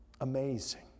amazing